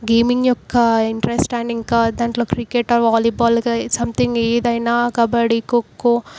gaming యొక్క interest and ఇంకా దాంట్లో క్రికెట్ ఆర్ వాల్లీబాల్గా సమ్థింగ్ ఏదైనా కబడ్డీ ఖోఖో